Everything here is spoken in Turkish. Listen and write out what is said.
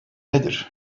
nedir